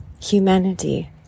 Humanity